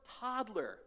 toddler